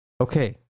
okay